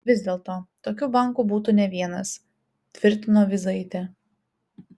vis dėlto tokių bankų būtų ne vienas tvirtino vyzaitė